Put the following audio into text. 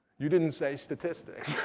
you didn't say statistics.